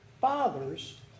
fathers